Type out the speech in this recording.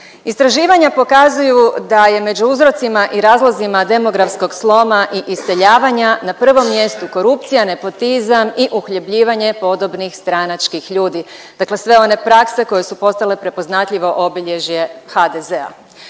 Istraživanja pokazuju da je među uzrocima i razlozima demografskog sloma i iseljavanja na prvom mjestu korupcija, nepotizam i uhljebljivanje podobnih stranačkih ljudi, dakle sve one prakse koje su postale prepoznatljivo obilježje HDZ-a,